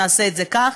נעשה את זה כך.